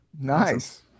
Nice